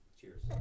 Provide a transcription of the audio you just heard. Cheers